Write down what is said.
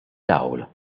dawl